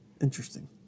Interesting